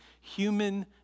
human